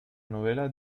novela